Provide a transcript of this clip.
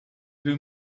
who